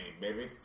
baby